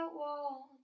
wall